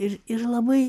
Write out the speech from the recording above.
ir ir labai